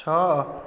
ଛଅ